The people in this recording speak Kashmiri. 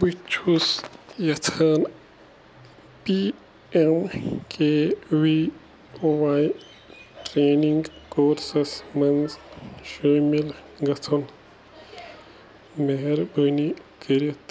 بہٕ چھُس یَژھان P M K V Y training courses منٛز شٲمِل گَژھن مہربٲنی کٔرِتھ